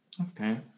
Okay